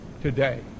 today